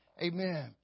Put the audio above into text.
Amen